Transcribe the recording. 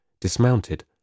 dismounted